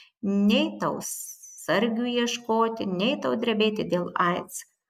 nei tau sargių ieškoti nei tau drebėti dėl aids